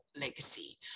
legacy